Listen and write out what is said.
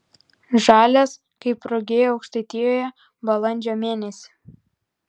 žalias kaip rugiai aukštaitijoje balandžio mėnesį